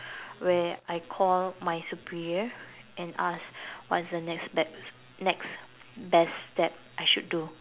where I called my superior and asked what's the next best next best step I should do